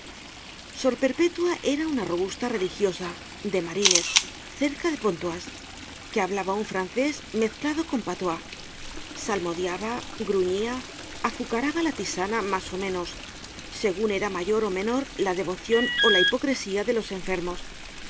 hábito sor perpétua era una robusta religiosa de marines cerca de pontoise que hablaba un francés mezclado con patm salmodiaba gruñía azucaraba la tisana mas ó menos segun era mayor ó menor la devocion ó la hipocresía de los enfermos